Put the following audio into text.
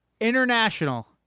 International